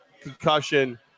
Concussion